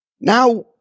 Now